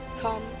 come